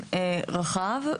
באופן רחב,